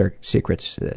Secrets